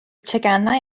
teganau